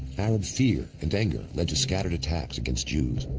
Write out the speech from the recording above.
arab fear and anger led to scattered attacks against jews,